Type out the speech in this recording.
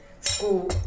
school